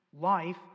Life